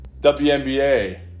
WNBA